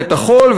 את החול,